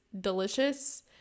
delicious